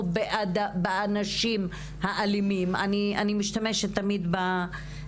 או באנשים האלימים אני משתמשת תמיד במילה